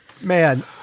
Man